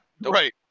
Right